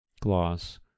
Gloss